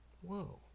Whoa